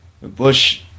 Bush